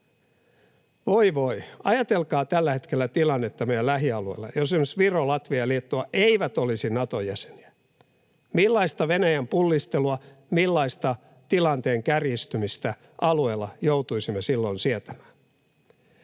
Oi voi, ajatelkaa tällä hetkellä tilannetta meidän lähialueillamme, jos esimerkiksi Viro, Latvia ja Liettua eivät olisi Naton jäseniä. Millaista Venäjän pullistelua, millaista tilanteen kärjistymistä alueella joutuisimme silloin sietämään?